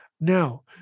Now